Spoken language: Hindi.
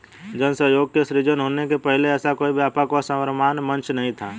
जन सहयोग के सृजन होने के पहले ऐसा कोई व्यापक व सर्वमान्य मंच नहीं था